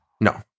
No